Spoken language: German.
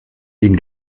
den